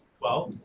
well,